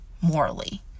morally